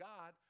God